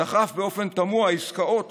דחף באופן תמוה עסקאות